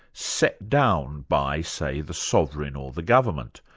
set down, by say, the sovereign or the government.